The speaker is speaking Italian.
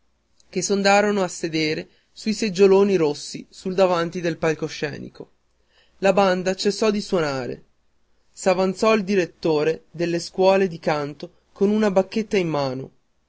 che s'andarono a sedere sui seggioloni rossi sul davanti del palcoscenico la banda cessò di suonare s'avanzò il direttore delle scuole di canto con una bacchetta in mano